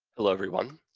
hello, everyone.